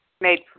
made